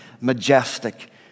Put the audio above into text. majestic